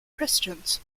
christians